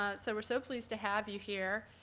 ah so we're so pleased to have you here.